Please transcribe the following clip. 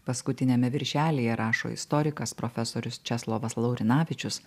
paskutiniame viršelyje rašo istorikas profesorius česlovas laurinavičius